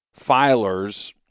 filers